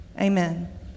Amen